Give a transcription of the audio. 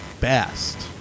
best